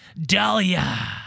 Dahlia